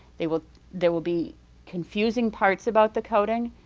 there will there will be confusing parts about the coding,